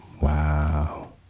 Wow